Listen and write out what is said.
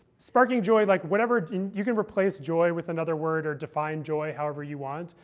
sparking joy like whatever. you can replace joy with another word, or define joy however you want.